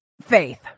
faith